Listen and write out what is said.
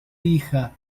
hija